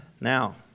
Now